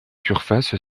surface